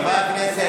אתה מכיר עוד הכחשות?